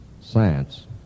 science